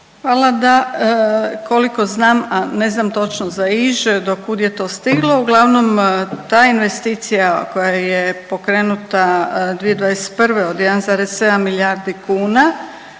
Hvala. Da, koliko znam, a ne znam točno za Iž do kud je to stiglo, uglavnom ta investicija koja je pokrenuta 2021. od 1,7 milijardi kuna